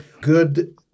good